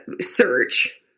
search